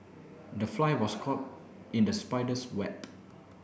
the fly was caught in the spider's web